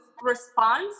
response